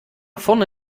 vorne